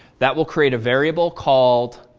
that will create a variable called